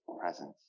presence